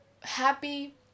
happy